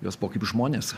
jos buvo kaip žmonės